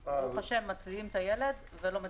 וברוך השם, מצילים את הילד ולא מדווחים.